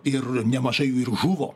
ir nemažai jų ir žuvo